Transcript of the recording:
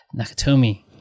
Nakatomi